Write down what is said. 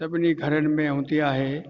सभिनी घरनि में हूंदी आहे